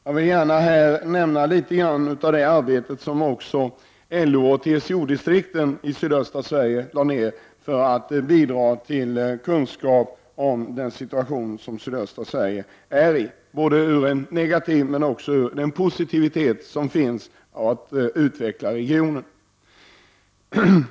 Jag vill här gärna också nämna något om det arbete som LO och TCO-distrikten lade ned för att bidra till kunskap om den situation som sydöstra Sverige befinner sig i, såväl det negativa som det positiva som kan utvecklas i regionen.